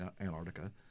Antarctica